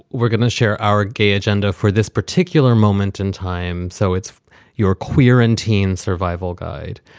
we're going to share our gay agenda for this particular moment in time. so it's your queer and teens survival guide.